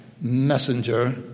messenger